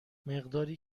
مقداری